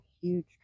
huge